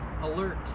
alert